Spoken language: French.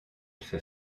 fait